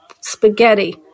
spaghetti